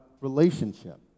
relationship